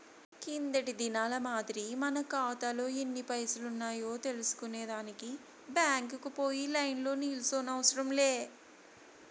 కిందటి దినాల మాదిరి మన కాతాలో ఎన్ని పైసలున్నాయో తెల్సుకునే దానికి బ్యాంకుకు పోయి లైన్లో నిల్సోనవసరం లే